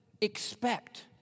expect